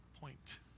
point